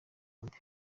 bombi